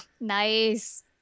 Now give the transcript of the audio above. Nice